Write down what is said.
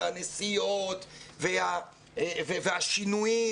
והנסיעות והשינויים,